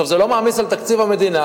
זה לא מעמיס על תקציב המדינה,